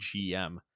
GM